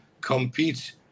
compete